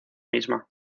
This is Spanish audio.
misma